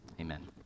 amen